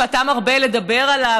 שאתה מרבה לדבר עליו,